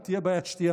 אם תהיה בעיית שתייה,